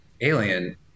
alien